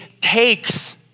takes